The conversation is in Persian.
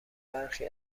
برخی